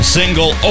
single